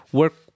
work